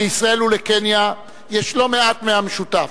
לישראל ולקניה יש לא מעט מן המשותף.